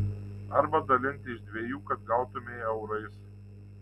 arba dalinti iš dviejų kad gautumei eurais